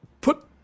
put